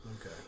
Okay